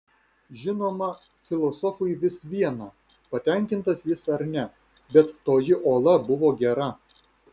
žinoma filosofui vis viena patenkintas jis ar ne bet toji ola buvo gera